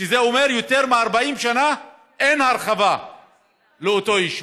שזה אומר שיותר מ-40 שנה אין הרחבה לאותו יישוב?